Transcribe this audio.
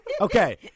okay